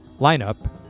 lineup